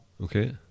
Okay